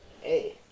Hey